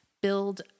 build